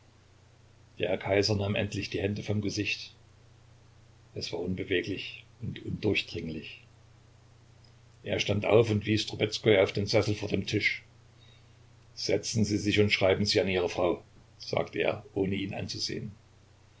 der kaiser nahm endlich die hände vom gesicht es war unbeweglich und undurchdringlich er stand auf und wies trubezkoi auf den sessel vor dem tisch setzen sie sich und schreiben sie an ihre frau sagte er ohne ihn anzusehen